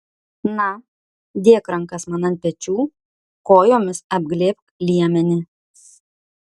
na dėk rankas man ant pečių kojomis apglėbk liemenį